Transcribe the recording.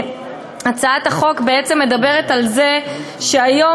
הצעת החוק בעצם מדברת על זה שהיום,